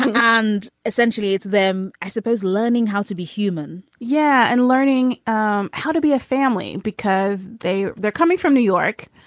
and essentially it's them i suppose learning how to be human yeah. and learning um how to be a family because they they're coming from new york.